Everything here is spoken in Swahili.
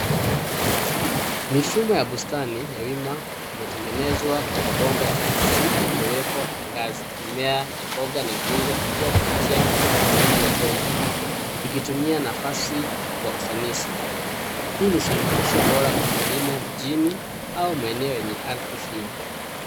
Mifumo ya bustani ya wima imetengenezwa kwa mabomba ya bvc yaliowekwa kwa ngazi, mimea ya mboga humea kupitia matundi ya bomba unitumie nafasi kwa ufanisi. Hii ni suluhisho bora kwa kilimo mjini au maeneo yenye ardi finyu.